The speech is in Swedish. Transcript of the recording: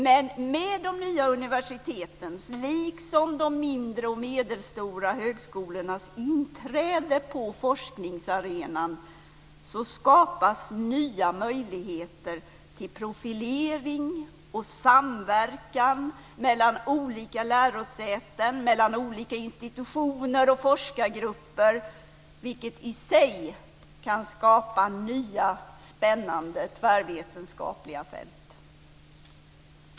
Men med de nya universitetens, liksom de mindre och medelstora högskolornas, inträde på forskningsarenan skapas nya möjligheter till profilering och samverkan mellan olika lärosäten, mellan olika institutioner och forskargrupper, vilket i sig kan skapa nya, spännande tvärvetenskapliga fält.